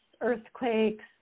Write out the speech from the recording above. earthquakes